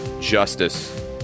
Justice